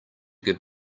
give